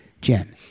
Jen